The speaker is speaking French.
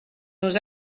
nous